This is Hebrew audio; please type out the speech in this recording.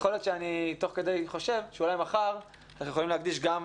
יכול להיות שמחר נוכל להקדיש לזה,